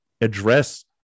address